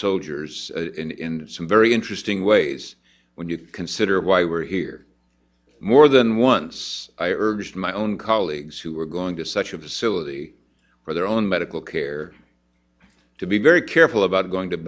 soldiers in some very interesting ways when you consider why we're here more than once i urged my own colleagues who are going to such a facility for their own medical care to be very careful about going to